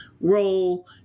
role